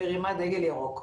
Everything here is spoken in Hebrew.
מרימה דגל ירוק.